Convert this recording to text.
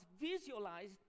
visualize